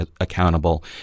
accountable